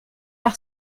par